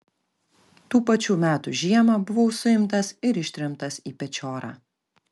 tų pačių metų žiemą buvau suimtas ir ištremtas į pečiorą